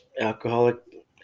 alcoholic